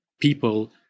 people